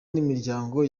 n’imiryango